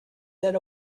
that